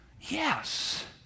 Yes